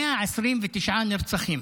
129 נרצחים.